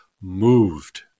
moved